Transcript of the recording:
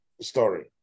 story